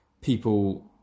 people